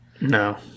No